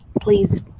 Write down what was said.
Please